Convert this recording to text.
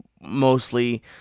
mostly